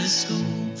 school